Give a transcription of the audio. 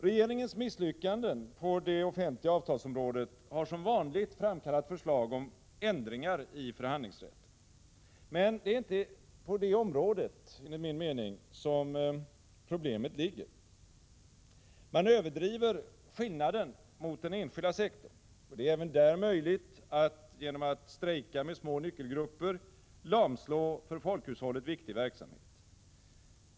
Regeringens misslyckande på det offentliga avtalsområdet har som vanligt framkallat förslag om ändringar i förhandlingsrätten. Men det är enligt min mening inte på det området problemet ligger. Man överdriver skillnaden mot den enskilda sektorn. Det är även där möjligt att genom att strejka med små nyckelgrupper lamslå för folkhushållet viktig verksamhet.